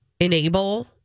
enable